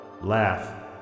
laugh